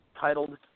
titled